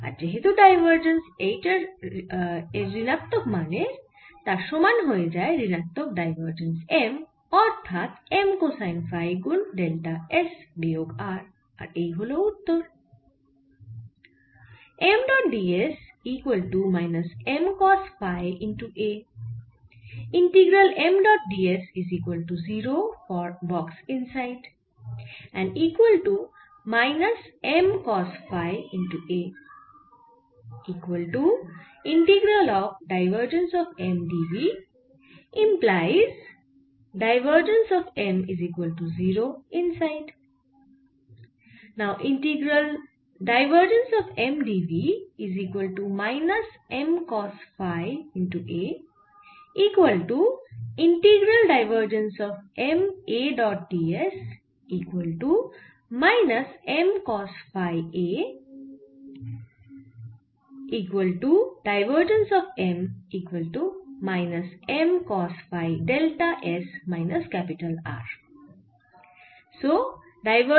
আর যেহেতু divergence H এর ঋণাত্মক মানের তার সমান হয়ে যায় ঋণাত্মক ডাইভারজেন্স M অর্থাৎ M কোসাইন ফাই গুন ডেল্টা S বিয়োগ R আর এই হল উত্তর